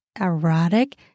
erotic